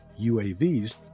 UAVs